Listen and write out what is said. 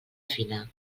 fina